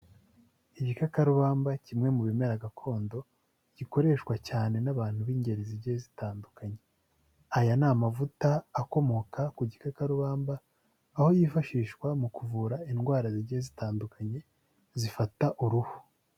Igikakarubamba kimwe mu bimera gakondo gikoreshwa cyane n'abantu b'ingeri zigiye zitandukanye, aya ni amavuta akomoka ku gikakarubamba aho yifashishwa mu kuvura indwara zigiye zitandukanye zifata uruhu.